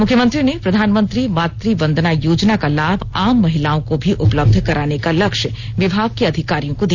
मुख्यमंत्री ने प्रधानमंत्री मातृवंदना योजना का लाभ आम महिलाओं को भी उपलब्ध कराने का लक्ष्य विभाग के अधिकारियों को दिया